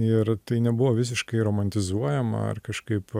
ir tai nebuvo visiškai romantizuojama ar kažkaip